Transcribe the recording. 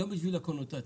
גם בשביל הקונוטציות.